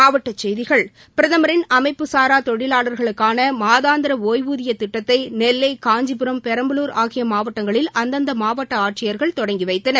மாவட்டச் செய்திகள் பிரதமரின் அமைப்புசாரா தொழிலாளர்களுக்கான மாதாந்திர ஒய்வூதியத் திட்டத்தை நெல்லை காஞ்சிபுரம் பெரம்பலூர் ஆகிய மாவட்டங்களில் அந்தந்த மாவட்ட ஆட்சியர்கள் தொடங்கிவைத்தனர்